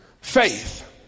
Faith